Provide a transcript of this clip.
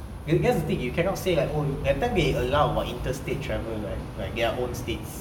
that's the thing you cannot say like oh that time they allow interstate travel like like their own states